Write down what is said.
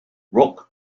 rock